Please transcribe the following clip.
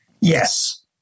yes